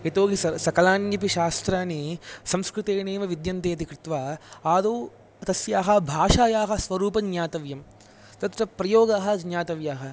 यतोहि सक् सकलान्यपि शास्त्राणि संस्कृतेनैव विद्यन्ते इति कृत्वा आदौ तस्याः भाषायाः स्वरूपं ज्ञातव्यम् तत्र प्रयोगः ज्ञातव्यः